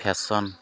fashion